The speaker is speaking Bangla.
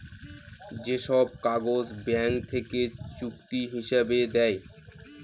যে সব কাগজ ব্যাঙ্ক থেকে চুক্তি হিসাবে দেয়